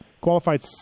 Qualified